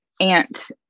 aunt